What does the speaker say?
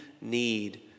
need